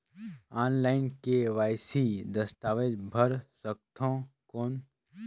Online KYC दस्तावेज भर सकथन कौन?